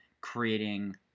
creating